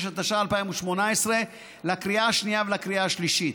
56), התשע"ח 2018, לקריאה השנייה ולקריאה השלישית.